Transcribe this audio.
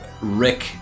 Rick